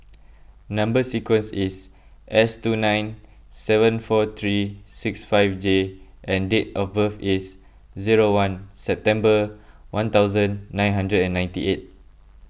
Number Sequence is S two nine seven four three six five J and date of birth is zero one September one thousand nine hundred and ninety eight